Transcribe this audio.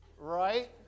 Right